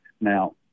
Now